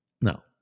no